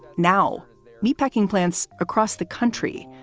now meatpacking plants across the country,